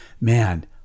man